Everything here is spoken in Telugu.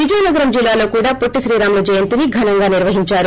విజయనగరం జిల్లాలో కూడ పొట్టి శ్రీరాములు జయంతిని ఘనంగా నిర్వహించారు